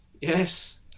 Yes